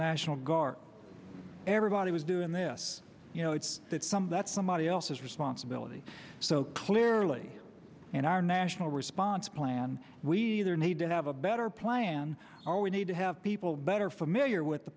national guard everybody was doing this you know it's that some of that's somebody else's responsibility so clearly in our national response plan we need to have a better plan or we need to have people better familiar with the